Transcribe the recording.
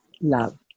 Love